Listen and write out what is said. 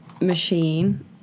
machine